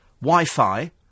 Wi-Fi